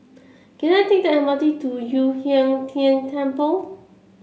can I take the M R T to Yu Huang Tian Temple